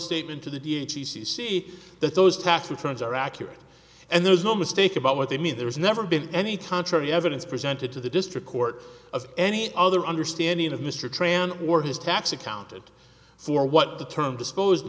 statement to the d t c see that those tax returns are accurate and there's no mistake about what they mean there's never been any contrary evidence presented to the district court of any other understanding of mr tran or his tax accountant for what the term disposed